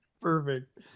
Perfect